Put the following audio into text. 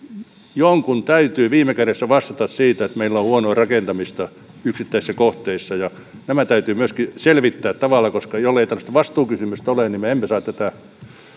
jonkun täytyy viime kädessä ottaa vastuu siitä että meillä on huonoa rakentamista yksittäisissä kohteissa ja nämä täytyy myöskin selvittää huolella koska jollei tämmöistä vastuukysymystä ole niin me emme saa tätä